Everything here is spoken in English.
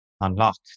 unlock